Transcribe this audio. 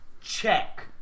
Check